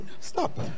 stop